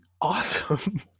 awesome